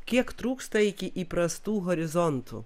kiek trūksta iki įprastų horizontų